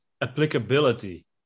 applicability